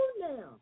now